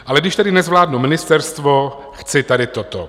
Ale když tedy nezvládnu ministerstvo, chci tady toto.